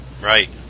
Right